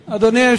אדרי, בבקשה.